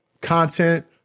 content